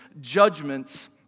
judgments